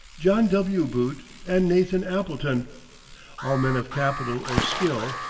john w. boott, and nathan appleton all men of capital or skill,